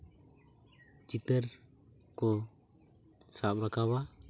ᱪᱤᱛᱟᱹᱨ ᱠᱚ ᱥᱟᱵ ᱨᱟᱠᱟᱵᱟ